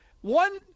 one